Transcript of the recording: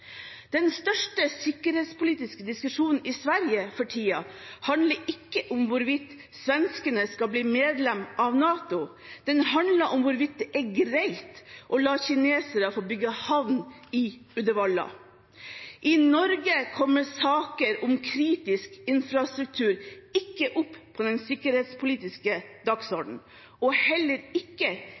Den største sikkerhetspolitiske diskusjonen i Sverige for tiden handler ikke om hvorvidt svenskene skal bli medlem av NATO, den handler om hvorvidt det er greit å la kineserne få bygge havn i Uddevalla. I Norge kommer saker om kritisk infrastruktur ikke opp på den sikkerhetspolitiske dagsordenen og heller ikke